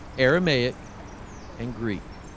aramaic and greek